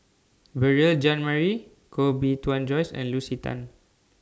Beurel Jean Marie Koh Bee Tuan Joyce and Lucy Tan